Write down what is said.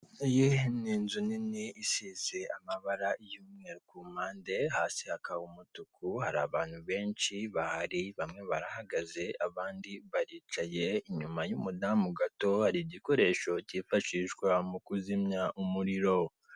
Iyi n'inzu nini isize amabara y'umweru kumpande, hasi hakaba umutuku hari abantu benshi bahari bamwe barahagaze abandi baricaye, inyuma y'umudamu gato hari igikoresho kifashishwa mukuzimya umuriro.